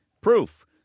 Proof